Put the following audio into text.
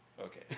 Okay